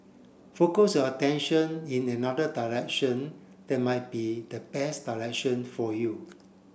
focus your attention in another direction that might be the best direction for you